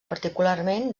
particularment